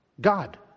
God